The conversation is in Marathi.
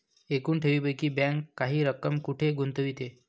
एकूण ठेवींपैकी बँक काही रक्कम कुठे गुंतविते?